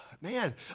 Man